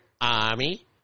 Army